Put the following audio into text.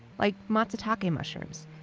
like matsutake mushrooms,